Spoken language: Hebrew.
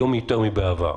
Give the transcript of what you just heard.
היום יותר מאשר בעבר,